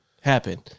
happen